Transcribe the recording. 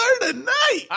tonight